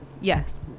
Yes